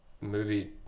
movie